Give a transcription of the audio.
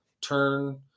turn